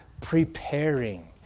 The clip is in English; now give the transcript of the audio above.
preparing